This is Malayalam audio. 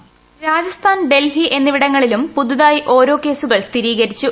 വോയ്സ് രാജസ്ഥാൻ ഡൽഹി എന്നിവിട്ടങ്ങളിലും പുതുതായി ഓരോ കേസുകൾ സ്ഥിരീകരിച്ചു